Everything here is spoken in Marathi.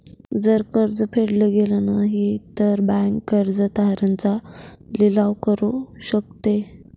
जर कर्ज फेडल गेलं नाही, तर बँक कर्ज तारण चा लिलाव करू शकते